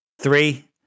Three